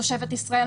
תושבת ישראל,